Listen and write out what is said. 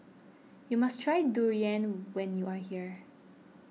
you must try Durian when you are here